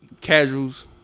casuals